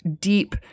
deep